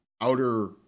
outer